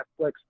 Netflix